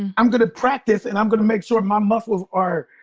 and i'm going to practice and i'm going to make sure my muscles are,